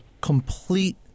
complete